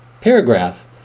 paragraph